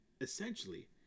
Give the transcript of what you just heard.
Essentially